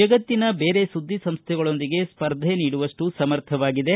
ಜಗತ್ತಿನ ಬೇರೆ ಸುದ್ದಿ ಸಂಸ್ಥೆಗಳೊಂದಿಗೆ ಸ್ಪರ್ಧೆ ನೀಡುವಷ್ಟು ಸಮರ್ಥವಾಗಿದೆ